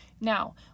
Now